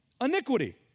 iniquity